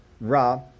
Ra